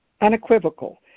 unequivocal